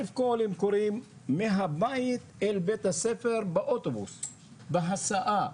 הם קורים מהבית אל בית הספר, באוטובוס, בהסעה.